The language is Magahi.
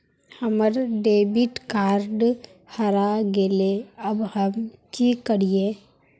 हमर डेबिट कार्ड हरा गेले अब हम की करिये?